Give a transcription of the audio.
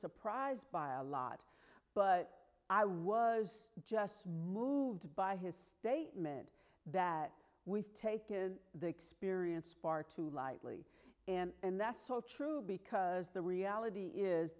surprised by a lot but i was just moved by his statement that we've taken the experience far too lightly and that's all true because the reality is